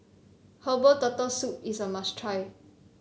Herbal Turtle Soup is a must try